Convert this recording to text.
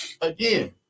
again